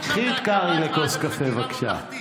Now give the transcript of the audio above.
תיקחי את קרעי לכוס קפה, בבקשה.